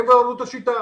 הם כבר למדו את השיטה,